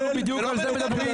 בדיוק על זה אנחנו מדברים.